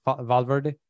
Valverde